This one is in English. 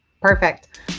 Perfect